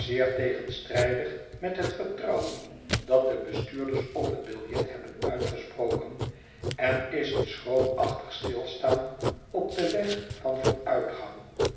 zeer tegenstrijdig met hot vertrouwen dat de bestuurders op t biljet hebben uitgesproken en is een s chroomachtig stilstaan op den weg van vooruitgang